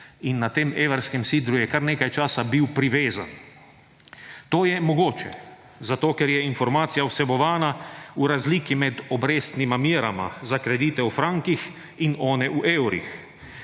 in na tem evrskem sidru je kar nekaj časa bil privezan. To je mogoče, zato ker je informacija vsebovana v razliki med obrestnima merama za kredite v frankih in one v evrih.